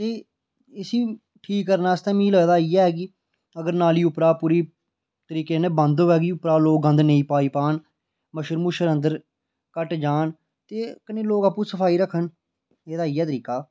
उप्परा केह् करदे लोक इसी ठीक करने आस्तै मि लगदा इयै के अगर नाली उप्परा पूरी तरीके नै बंद होऐ कि उप्परा लोक गंद नेईं पाई पाह्न मच्छर मुच्छर अंदर घट्ट जाह्न कन्नै लोक आपें सफाई रक्खन एह्दा इ'यै तरीका ऐ